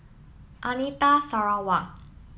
Anita Sarawak